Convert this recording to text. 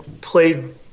played